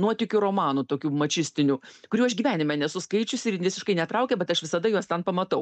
nuotykių romanų tokių mačistinių kurių aš gyvenime nesu skaičiusi ir visiškai netraukia bet aš visada juos ten pamatau